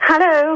Hello